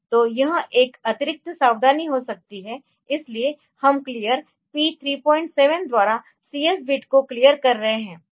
तो यह एक अतिरिक्त सावधानी हो सकती है इसलिए हम क्लियर P37 द्वारा CS बिट को क्लियर कर रहे है